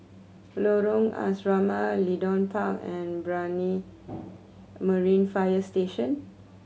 Lorong Asrama Leedon Park and Brani Marine Fire Station